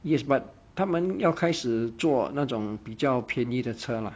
yes but 它们要开始做那种比较便宜的车 lah